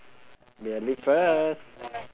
we'll be first